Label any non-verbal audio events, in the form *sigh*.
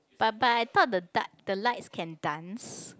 but but I thought the *noise* the lights can dance